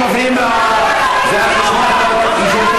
אתם מפריעים, זה על חשבון חברת,